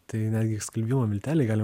tai netgi skalbimo milteliai galima